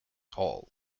hall